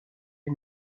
les